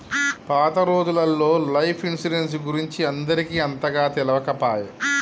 పాత రోజులల్లో life insurance గురించి అందరికి అంతగా తెలియకపాయె